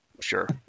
Sure